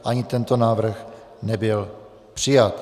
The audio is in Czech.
Ani tento návrh nebyl přijat.